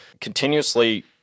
continuously